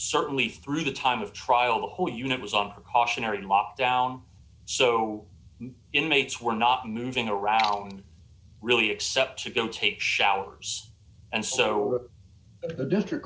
certainly through the time of trial the whole unit was on precautionary lockdown so inmates were not moving around really except to go take showers and so the